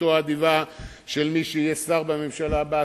ובעזרתו האדיבה של מי שיהיה שר בממשלה הבאה,